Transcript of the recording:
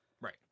Right